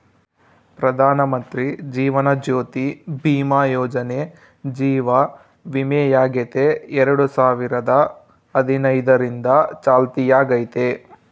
ಪ್ರಧಾನಮಂತ್ರಿ ಜೀವನ ಜ್ಯೋತಿ ಭೀಮಾ ಯೋಜನೆ ಜೀವ ವಿಮೆಯಾಗೆತೆ ಎರಡು ಸಾವಿರದ ಹದಿನೈದರಿಂದ ಚಾಲ್ತ್ಯಾಗೈತೆ